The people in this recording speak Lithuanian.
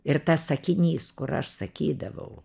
ir tas sakinys kur aš sakydavau